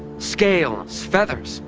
scales, feathers,